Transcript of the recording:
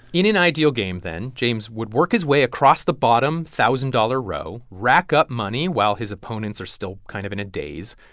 in an ideal game then, james would work his way across the bottom, thousand-dollar row, rack up money while his opponents are still kind of in a daze.